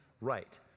right